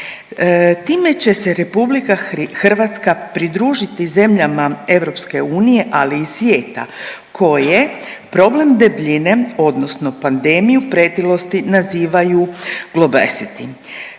Time će se RH pridružiti zemljama EU, ali i svijeta koje problem debljine odnosno pandemiju pretilosti nazivaju Globacity.